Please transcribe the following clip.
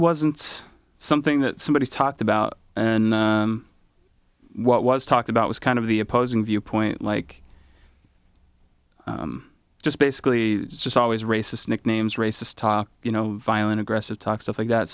wasn't something that somebody talked about and what was talked about was kind of the opposing viewpoint like just basically just always racist nicknames racist talk you know violent aggressive talk stuff like that